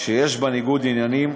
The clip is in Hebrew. שיש בה ניגוד עניינים,